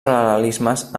paral·lelismes